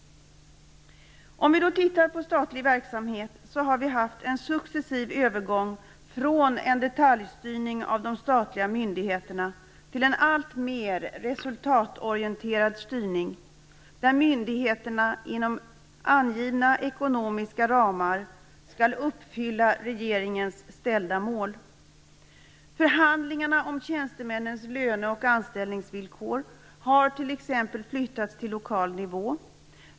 Om vi tittar på statlig verksamhet så har vi haft en successiv övergång från en detaljstyrning av de statliga myndigheterna till en alltmer resultatorienterad styrning där myndigheterna inom angivna ekonomiska ramar skall uppfylla regeringens ställda mål. Förhandlingar om tjänstemännens löne och anställningsvillkor har t.ex. flyttats till lokal nivå.